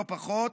לא פחות,